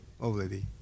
already